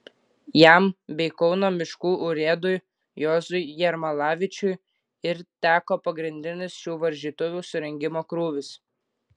jam bei kauno miškų urėdui juozui jermalavičiui ir teko pagrindinis šių varžytuvių surengimo krūvis